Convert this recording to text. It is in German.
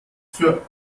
für